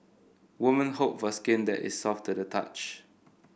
women hope for skin that is soft to the touch